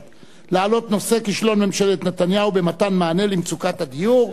בנושא: כישלון ממשלת נתניהו במתן מענה למצוקת הדיור,